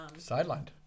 sidelined